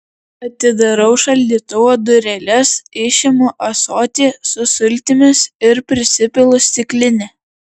atidarau šaldytuvo dureles išimu ąsotį su sultimis ir prisipilu stiklinę